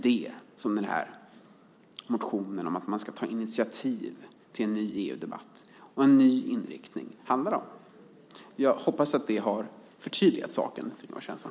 Motionen handlar alltså om att man ska ta initiativ till en ny EU-debatt med en ny inriktning. Jag hoppas att det förtydligar saken, Ingvar Svensson.